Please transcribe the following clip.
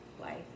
life